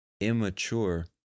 immature